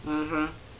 (uh huh)